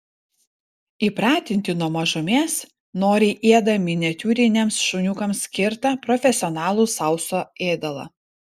įpratinti nuo mažumės noriai ėda miniatiūriniams šuniukams skirtą profesionalų sausą ėdalą